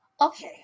Okay